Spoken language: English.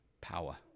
power